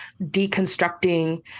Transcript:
deconstructing